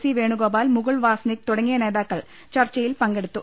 C Venugopal Mukul Wasnik തുട ങ്ങിയ നേതാക്കൾ ചർച്ചയിൽ പങ്കെടുത്തു